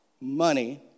money